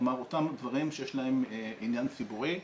כלומר אותם דברים שיש להם עניין ציבורי.